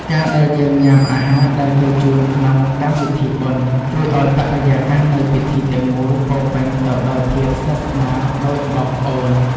ការដែលយើងញ៉ាំអាហារដែលគេជូនក្នុងកម្មវិធីបុណ្យ ជួយឱ្យបរិយាកាសនៃពិធីទាំងមូលពោពេញទៅដោយភាពស្និទ្ធស្នាលដូចបងប្អូន។